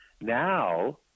now